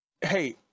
hey